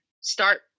start